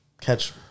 catch